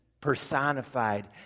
personified